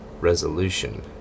resolution